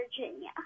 virginia